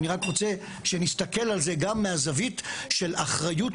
אני רק רוצה שנסתכל על זה גם מהזווית של אחריות